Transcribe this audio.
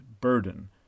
burden